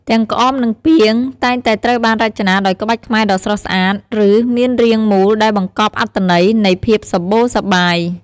ទាំងក្អម និងពាង តែងតែត្រូវបានរចនាដោយក្បាច់ខ្មែរដ៏ស្រស់ស្អាត ឬមានរាងមូលមូលដែលបង្កប់អត្ថន័យនៃភាពសម្បូរសប្បាយ។